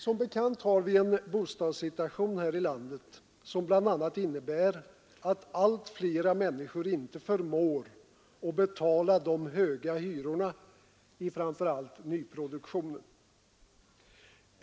Som bekant har vi en bostadssituation här i landet som bl.a. innebär att allt flera människor inte förmår betala de höga hyrorna i framför allt nyproduktionen.